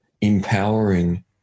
empowering